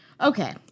Okay